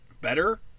better